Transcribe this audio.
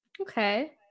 Okay